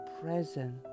present